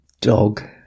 dog